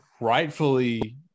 rightfully –